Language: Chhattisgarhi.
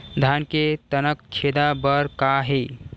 धान के तनक छेदा बर का हे?